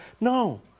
no